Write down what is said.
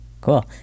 Cool